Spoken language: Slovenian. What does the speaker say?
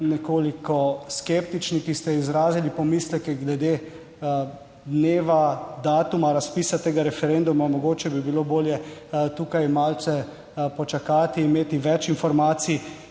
nekoliko skeptični, ki ste izrazili pomisleke glede dneva, datuma razpisa tega referenduma. Mogoče bi bilo bolje tukaj malce počakati, imeti več informacij,